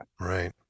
Right